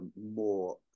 more